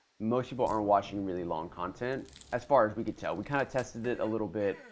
most people aren't watching really long content as far as we could tell. we kind of tested it a little bit,